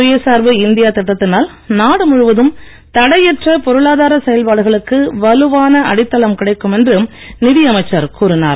சுயசார்பு இந்தியா திட்டத்தினால் நாடு முழுவதும் தடையற்ற பொருளாதார செயல்பாடுகளுக்கு வலுவான அடித்தளம் கிடைக்கும் என்று நிதியமைச்சர் கூறினார்